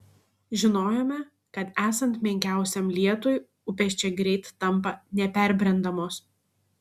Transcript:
žinojome kad esant menkiausiam lietui upės čia greit tampa neperbrendamos